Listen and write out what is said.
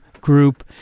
group